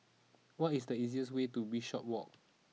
what is the easiest way to Bishopswalk